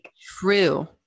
true